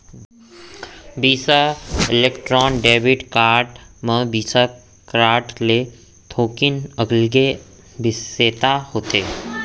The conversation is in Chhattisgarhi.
बिसा इलेक्ट्रॉन डेबिट कारड म बिसा कारड ले थोकिन अलगे बिसेसता होथे